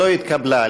לא התקבלה.